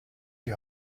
die